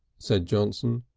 said johnson.